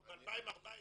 אנחנו ב-2014,